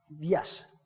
yes